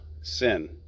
sin